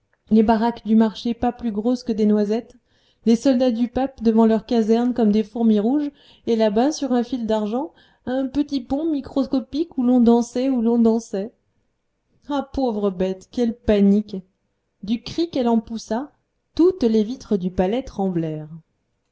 les baraques du marché pas plus grosses que des noisettes les soldats du pape devant leur caserne comme des fourmis rouges et là-bas sur un fil d'argent un petit pont microscopique où l'on dansait où l'on dansait ah pauvre bête quelle panique du cri qu'elle en poussa toutes les vitres du palais